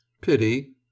Pity